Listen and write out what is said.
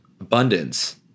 abundance